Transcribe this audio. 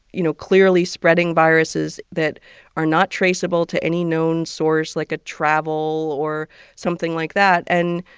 you know, clearly spreading viruses that are not traceable to any known source, like a travel or something like that. and,